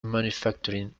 manufacturing